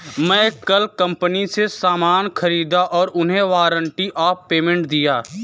मैं कल कंपनी से सामान ख़रीदा और उन्हें वारंट ऑफ़ पेमेंट दिया